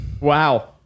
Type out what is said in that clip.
Wow